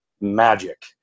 magic